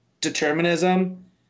determinism